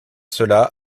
cela